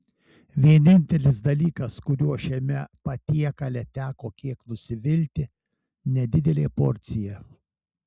vienintelis dalykas kuriuo šiame patiekale teko kiek nusivilti nedidelė porcija